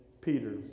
peter